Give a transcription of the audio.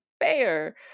fair